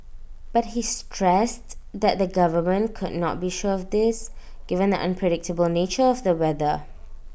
but he stressed that the government could not be sure of this given the unpredictable nature of the weather